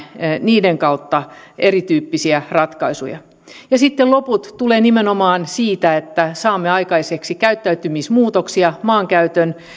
niiden kautta erityyppisiä ratkaisuja sitten loput tulevat nimenomaan siitä että saamme aikaiseksi käyttäytymismuutoksia maankäytön